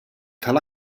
tal